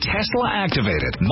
Tesla-activated